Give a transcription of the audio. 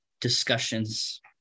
discussions